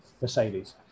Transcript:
Mercedes